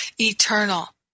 eternal